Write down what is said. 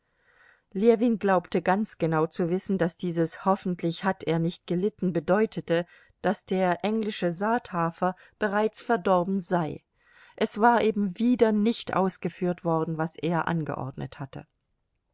ljewin glaubte ganz genau zu wissen daß dieses hoffentlich hat er nicht gelitten bedeutete daß der englische saathafer bereits verdorben sei es war eben wieder nicht ausgeführt worden was er angeordnet hatte